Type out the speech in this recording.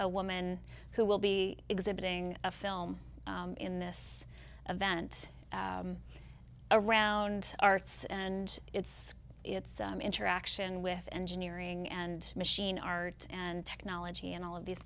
a woman who will be exhibiting a film in this event around arts and it's its interaction with engineering and machine art and technology and all of these